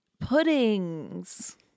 puddings